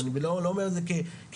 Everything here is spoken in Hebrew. ואני לא אומר את זה כמליצה.